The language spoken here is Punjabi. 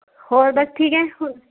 ਹੋਰ ਬਸ ਠੀਕ ਹੈ